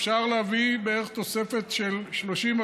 אפשר להביא בערך תוספת של 30,